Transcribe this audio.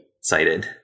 Cited